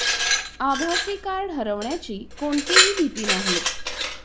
आभासी कार्ड हरवण्याची कोणतीही भीती नाही